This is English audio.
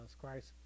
Christ